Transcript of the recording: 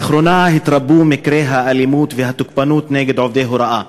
לאחרונה התרבו מקרי האלימות והתוקפנות נגד עובדי הוראה,